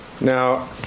now